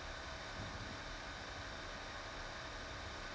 mm